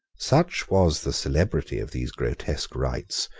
such was the celebrity of these grotesque rites,